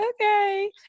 okay